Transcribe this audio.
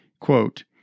quote